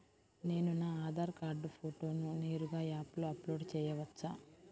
నేను నా ఆధార్ కార్డ్ ఫోటోను నేరుగా యాప్లో అప్లోడ్ చేయవచ్చా?